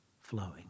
flowing